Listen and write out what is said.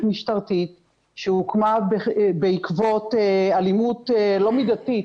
משטרתית שהוקמה בעקבות אלימות לא מידתית